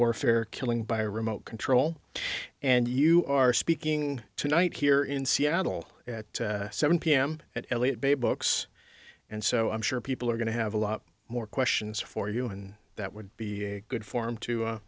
warfare killing by remote control and you are speaking tonight here in seattle at seven pm at elliott bay books and so i'm sure people are going to have a lot more questions for you and that would be good form to